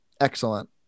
excellent